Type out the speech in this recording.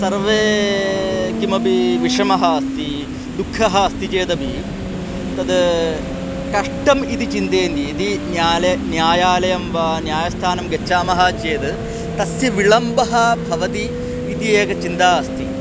सर्वे किमपि विषमः अस्ति दुःखः अस्ति चेदपि तद् कष्टम् इति चिन्तयन्ति यदि न्यालय् न्यायालयं वा न्यायस्थानं गच्छामः चेद् तस्य विलम्बं भवति इति एका चिन्ता अस्ति